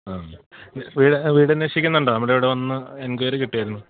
ആ ഒരു വീട് അന്വേഷിക്കുന്നുണ്ടോ നമ്മുടെ ഇവിടെ ഒന്ന് എൻക്വയറി കിട്ടിയായിരുന്നു